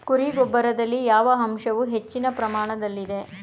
ಕುರಿ ಗೊಬ್ಬರದಲ್ಲಿ ಯಾವ ಅಂಶವು ಹೆಚ್ಚಿನ ಪ್ರಮಾಣದಲ್ಲಿದೆ?